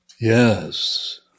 Yes